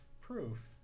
proof